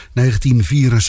1964